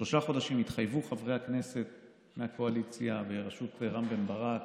חברי הכנסת מהקואליציה בראשות רם בן ברק,